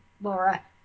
Laura